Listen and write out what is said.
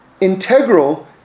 integral